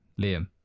Liam